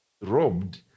robbed